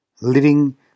Living